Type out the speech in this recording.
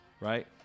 right